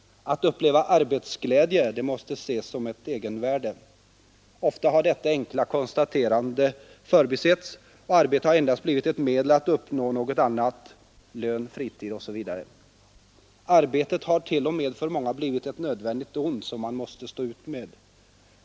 Att uppleva arbetsglädje måste ses som ett egenvärde. Ofta har detta enkla konstaterande förbisetts, och arbetet har endast blivit ett medel att uppnå något annat: lön, fritid osv. Arbetet har t.o.m. för många blivit ett nödvändigt ont som man måste stå ut med.